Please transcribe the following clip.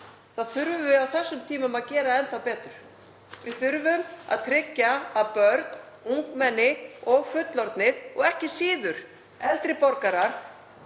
þá þurfum við á þessum tímum að gera enn betur. Við þurfum að tryggja að börn, ungmenni og fullorðnir, og ekki síður eldri borgarar,